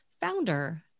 founder